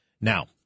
Now